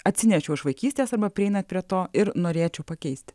atsinešiau iš vaikystės arba prieinat prie to ir norėčiau pakeisti